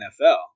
NFL